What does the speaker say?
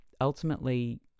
ultimately